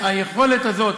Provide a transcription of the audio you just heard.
והיכולת הזאת,